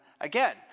again